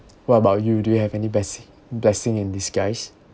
what about you do you have any blessi~ blessing in disguise